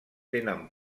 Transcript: tenen